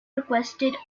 requested